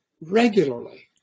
regularly